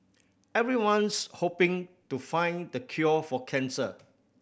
everyone's hoping to find the cure for cancer